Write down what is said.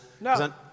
No